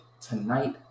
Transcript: tonight